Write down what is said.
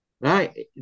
Right